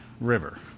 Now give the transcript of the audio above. river